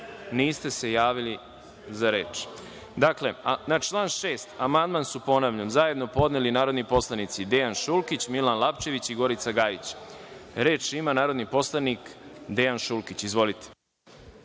Niste se javili za reč. Dakle, ponavljam, na član 6. amandman su zajedno podneli narodni poslanici Dejan Šulkić, Milan Lapčević i Gorica Gajić. Reč ima narodni poslanik Dejan Šulkić. Izvolite.